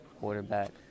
quarterback